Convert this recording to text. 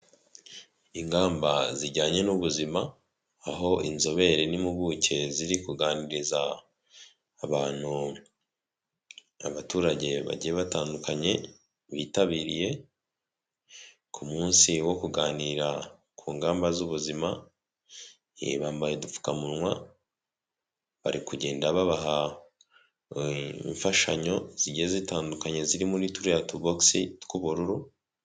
Ingamba zijyanye n'ubuzima aho inzobere n'impuguke ziri kuganiriza abantu abaturage bagiye batandukanye bitabiriye, ku munsi wo kuganira ku ngamba z'ubuzima bambaye udupfukamunwa bari kugenda babaha imfashanyo zigiye zitandukanye ziri muri turiya tubokisi tw'ubururu